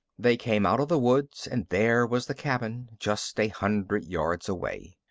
they came out of the woods and there was the cabin, just a hundred yards away.